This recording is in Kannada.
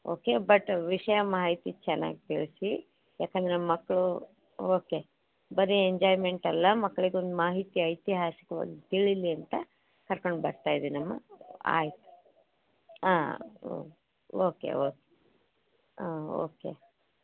ಓಕೆ ಬಟ್ ವಿಷಯ ಮಾಹಿತಿ ಚೆನ್ನಾಗಿ ತಿಳಿಸಿ ಯಾಕಂದರೆ ಮಕ್ಕಳು ಓಕೆ ಬರೇ ಎಂಜಾಯ್ಮೆಂಟ್ ಅಲ್ಲ ಮಕ್ಳಿಗೊಂದು ಮಾಹಿತಿ ಐತಿಹಾಸಿಕವಾಗಿ ತಿಳೀಲಿ ಅಂತ ಕರ್ಕೊಂಡು ಬರ್ತಾ ಇದ್ದೀನಮ್ಮ ಆಯಿತು ಆಂ ಓಕೆ ಓಕೆ ಆಂ ಓಕೆ